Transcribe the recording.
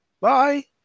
bye